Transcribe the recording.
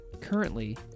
Currently